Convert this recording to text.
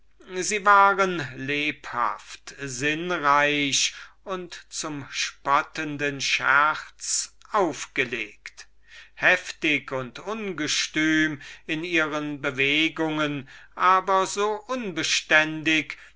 sie waren lebhaft sinnreich und zum spottenden scherze aufgelegt heftig und ungestüm in ihren bewegungen aber so unbeständig